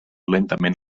lentament